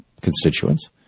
constituents